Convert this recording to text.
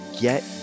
get